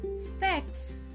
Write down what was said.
specs